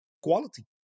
quality